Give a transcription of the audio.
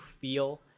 feel